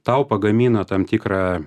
tau pagamina tam tikrą